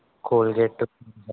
Colgate